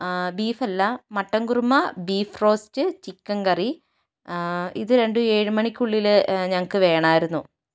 ബീഫല്ല mutton kurma beef roast chicken curry ഇത് രണ്ടും ഏഴുമണിക്കുള്ളിൽ ഞങ്ങൾക്ക് വേണമായിരുന്നു